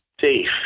safe